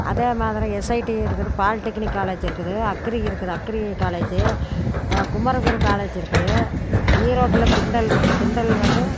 அதே மாதிரி எஸ்ஐடி இருக்குது பாலிடெக்னிக் காலேஜ் இருக்குது அக்ரி இருக்குது அக்ரி காலேஜ் குமரகுரு காலேஜ் இருக்குது ஈரோடில் திண்டல் திண்டல் வந்து